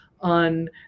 on